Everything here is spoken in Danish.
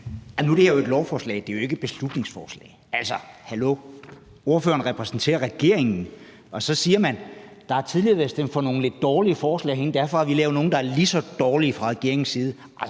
det her jo et lovforslag; det er ikke et beslutningsforslag – altså, hallo! Ordføreren repræsenterer regeringen, og så siger man, at der tidligere har været stemt for nogle lidt dårlige forslag herinde, og derfor har man lavet nogle, der er lige så dårlige fra regeringens side.